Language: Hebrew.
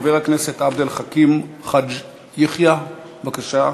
חבר הכנסת עבד אל חכים חאג' יחיא, בבקשה.